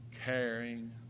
caring